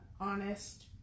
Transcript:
honest